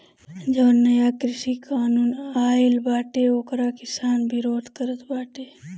जवन नया कृषि कानून आइल बाटे ओकर किसान विरोध करत बाटे